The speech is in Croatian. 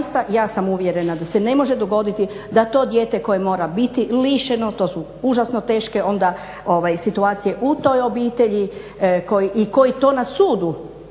ja sam uvjerena da se ne može dogoditi da to dijete koje mora biti lišeno to su užasno teške onda situacije u toj obitelji i koji to na sudu